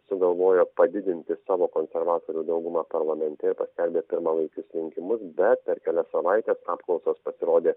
sugalvojo padidinti savo konservatorių daugumą parlamente ir paskelbė pirmalaikius rinkimus bet per kelias savaites apklausos pasirodė